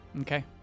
Okay